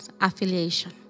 affiliation